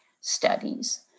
studies